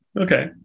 Okay